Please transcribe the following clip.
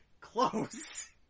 close